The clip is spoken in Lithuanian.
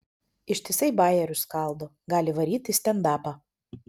ištisai bajerius skaldo gali varyt į stendapą